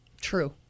True